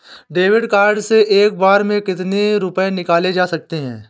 David card से एक बार में कितनी रूपए निकाले जा सकता है?